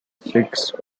six